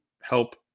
help